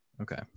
Okay